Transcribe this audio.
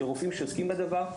של רופאים שעוסקים בדבר,